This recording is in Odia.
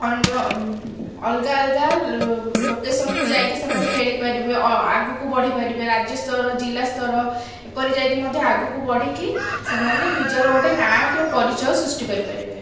ଅନ୍ୟ ଅଲଗା ଅଲଗା ଲୋକେସନ୍କୁ ଯାଇକି ସେମାନେ ଖେଳିପାରିବେ ଆଗକୁ ବଢ଼ି ପାରିବେ ରାଜ୍ୟସ୍ତର ଜିଲ୍ଲାସ୍ତର ଏପରି ଯାଇକି ମଧ୍ୟ ଆଗକୁ ବଢ଼ିକି ସେମାନେ ନିଜର ଗୋଟିଏ ନାଁ କି ପରିଚୟ ସୃଷ୍ଟି କରିପାରିବେ